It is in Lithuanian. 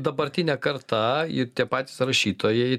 dabartinė karta ir tie patys rašytojai